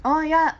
orh ya